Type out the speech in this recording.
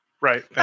Right